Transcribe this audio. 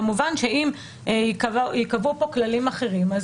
כמובן שאם ייקבעו פה כללים אחרים אז